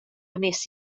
wnes